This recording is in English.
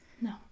No